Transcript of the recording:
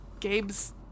Gabe's